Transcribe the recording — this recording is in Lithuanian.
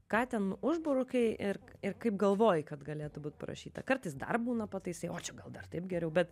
ką ten užburukai irk ir kaip galvoji kad galėtų būt parašyta kartais dar būna pataisai o čia gal dar taip geriau bet